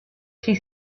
she